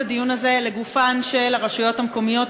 הדיון הזה לגופן של הרשויות המקומיות,